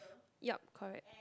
yup correct